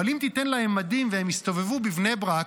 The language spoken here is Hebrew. אבל אם תיתן להם מדים והם יסתובבו בבני ברק,